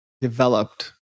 developed